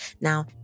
now